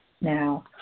Now